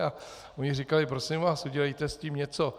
A oni říkali: Prosím vás, udělejte s tím něco.